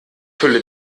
fülle